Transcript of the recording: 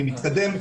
אני מתקדם.